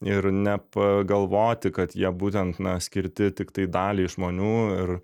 ir nepagalvoti kad jie būtent na skirti tiktai daliai žmonių ir